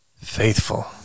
Faithful